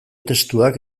testuak